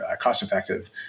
cost-effective